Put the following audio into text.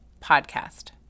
podcast